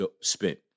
spent